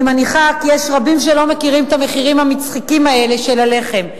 אני מניחה כי יש רבים שלא מכירים את המחירים ה"מצחיקים" האלה של הלחם,